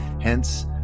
Hence